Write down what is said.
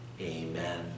Amen